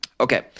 Okay